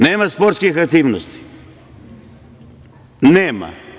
Nema sportskih aktivnosti, nema.